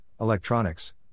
electronics